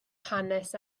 hanes